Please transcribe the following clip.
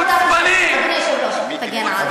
תחזרי ממה שאמרת.